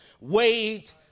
wait